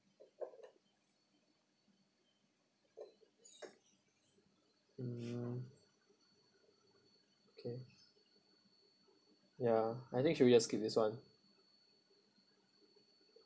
mm okay ya I think should we just skip this [one]